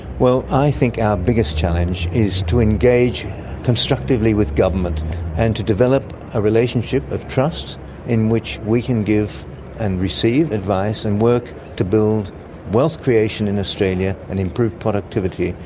well, i think our biggest challenge is to engage constructively with government and to develop a relationship of trust in which we can give and receive advice and work to build wealth creation in australia and improve productivity.